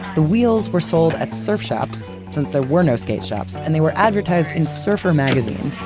the wheels were sold at surf shops, since there were no skate shops, and they were advertised in surfer magazine.